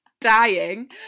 dying